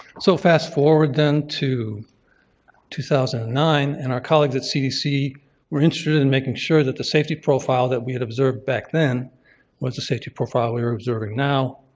so fast forward then to two thousand and nine and our colleagues at cdc were interested in making sure that the safety profile that we had observed back then was the safety profile we are observing now.